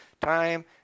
time